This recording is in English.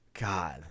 God